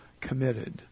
committed